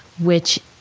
which